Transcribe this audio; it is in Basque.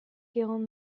egon